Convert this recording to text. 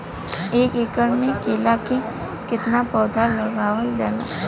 एक एकड़ में केला के कितना पौधा लगावल जाला?